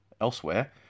Elsewhere